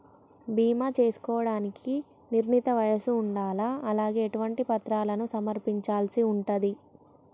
బీమా చేసుకోవడానికి నిర్ణీత వయస్సు ఉండాలా? అలాగే ఎటువంటి పత్రాలను సమర్పించాల్సి ఉంటది?